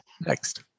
next